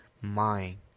mind